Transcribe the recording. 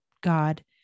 God